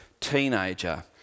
teenager